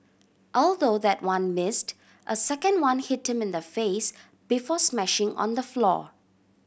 although that one missed a second one hit him in the face before smashing on the floor